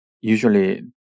Usually